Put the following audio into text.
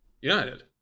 United